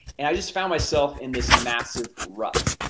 and i just found myself in this massive rut.